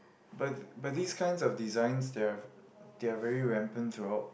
but but these kinds of design they're they're very rampant throughout